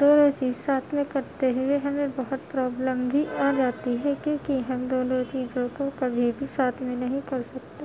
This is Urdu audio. دونوں چیز ساتھ میں کرتے ہوئے ہمیں بہت پرابلم بھی آ جاتی ہے کیونکہ ہم دونوں چیزوں کو کبھی بھی ساتھ میں نہیں کر سکتے